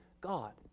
God